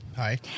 Hi